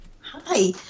Hi